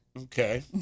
Okay